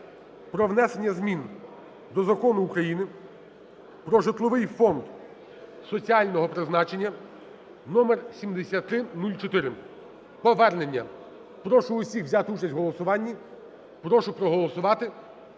про внесення змін до Закону України "Про житловий фонд соціального призначення" (номер 7304), повернення. Прошу усіх взяти участь в голосуванні. Прошу проголосувати